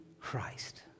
Christ